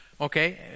Okay